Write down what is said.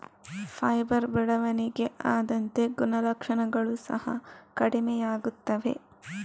fibre ಬೆಳವಣಿಗೆ ಆದಂತೆ ಗುಣಲಕ್ಷಣಗಳು ಸಹ ಕಡಿಮೆಯಾಗುತ್ತವೆ